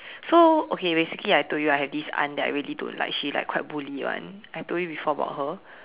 so okay basically I told you I have this aunt that I really don't like she like quite bully [one] I told you before about her